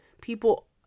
people